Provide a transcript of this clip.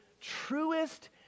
truest